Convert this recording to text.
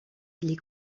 les